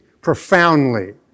profoundly